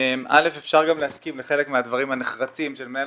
אפשר להסכים לחלק מהדברים הנחרצים של מנהל